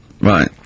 right